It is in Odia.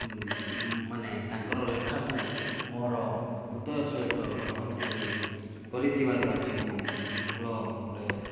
ମାନେ ତାଙ୍କର ଲେଖାକୁ ମୋର ହୃଦୟର ସହିତ ଗ୍ରହଣ କରି କରିଥିବାରୁ ଆଜି ମୁଁ ଭଲ ଗୋଟେ